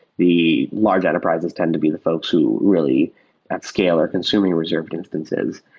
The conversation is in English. the large enterprises tend to be the folks who really at scale are consuming reserved instances.